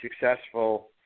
successful